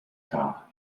dar